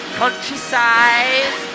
countryside